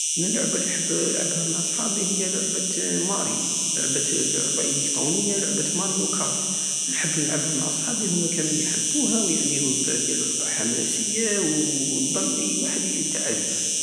انا العبة الي نحب نلعبها مع صحابي هي لعبة ماريو لعبة- لعبة اليكترونية لعبة ماريو كارت نحب نلعبها مع صحابي هوما كامل يحبوها ويعني هي لعبة حماسية و نضن اي واحد تعجبه